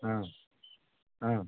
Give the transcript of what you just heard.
ಹಾಂ ಹಾಂ